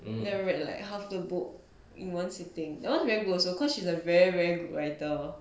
then I read like half the book in one sitting that [one] is very good also cause she's a very very writer